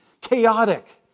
chaotic